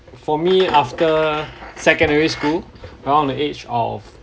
for me after secondary school around the age of